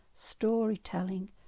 Storytelling